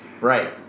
right